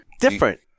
Different